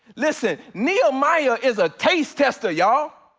listen, nehemiah is a taste tester, y'all.